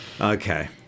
Okay